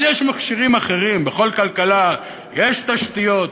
אז יש מכשירים אחרים, בכל כלכלה יש תשתיות,